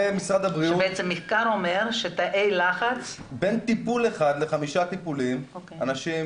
שבעצם המחקר אומר שתאי לחץ --- בין טיפול אחד לחמישה טיפולים אנשים